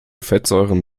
fettsäuren